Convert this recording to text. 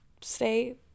stay